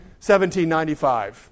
1795